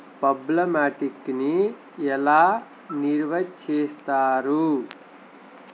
ప్రోబ్లమాటిక్ని ఎలా నిర్వచిస్తారు